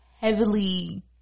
heavily